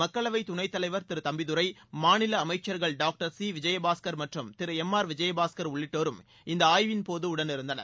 மக்களவை துணைத் தலைவர் திரு தம்பிதுரை மாநில அமைச்சர்கள் டாக்டர் சி விஜயபாஸ்கர் மற்றும் திரு எம் ஆர் விஜயபாஸ்கர் உள்ளிட்டோரும் இந்த ஆய்வின்போது உடனிருந்தனர்